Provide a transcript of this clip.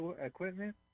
equipment